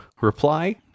reply